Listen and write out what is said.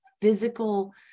physical